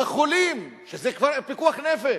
החולים, שזה כבר פיקוח נפש,